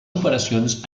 operacions